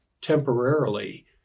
temporarily